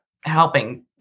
helping